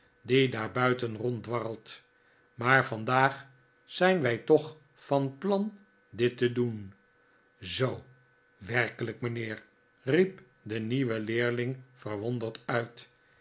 die daar buiten ronddwarrelt maar vandaag zijn wij toch van plan dit te doen zoo werkelijk mijnheer riep de nieuwe leerling verwonderd uit